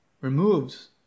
removes